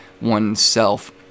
oneself